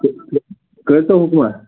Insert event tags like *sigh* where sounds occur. *unintelligible* کٔرۍ تو حُکما